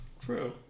True